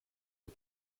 den